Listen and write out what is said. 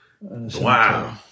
Wow